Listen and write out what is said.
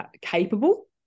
capable